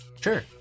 Sure